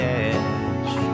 edge